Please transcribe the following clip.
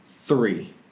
Three